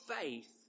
faith